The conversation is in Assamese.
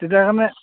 তেতিয়া তাৰমানে